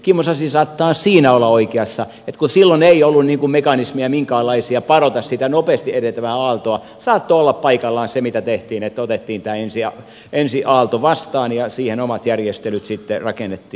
kimmo sasi saattaa siinä olla oikeassa että kun silloin ei ollut minkäänlaisia mekanismeja padota sitä nopeasti etenevää aaltoa saattoi olla paikallaan se mitä tehtiin että otettiin tämä ensi aalto vastaan ja siihen omat järjestelyt sitten rakennettiin